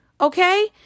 okay